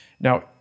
Now